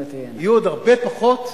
יהיו עוד הרבה פחות.